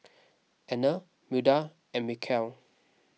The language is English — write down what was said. Anner Milda and Michaele